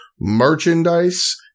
merchandise